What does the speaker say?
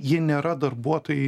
jie nėra darbuotojai